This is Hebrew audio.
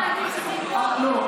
אתה מעדיף שזה ייפול לא,